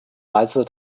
来自